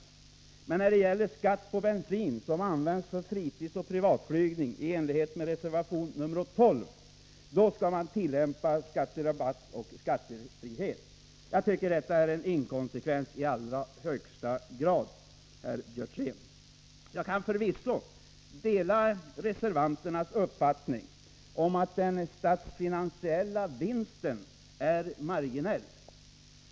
Men när det å andra sidan gäller skatt på bensin som används för fritidsoch privatflygning i enlighet med reservation 12 skall man tillämpa skatterabatt och skattefrihet. Jag tycker att detta är en inkonsekvens i allra högsta grad, herr Björzén! Jag kan förvisso dela reservanternas uppfattning om att den statsfinansiella vinsten är marginell.